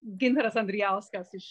gintaras andrijauskas iš